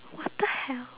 what the hell